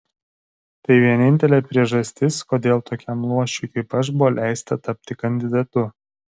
tai vienintelė priežastis kodėl tokiam luošiui kaip aš buvo leista tapti kandidatu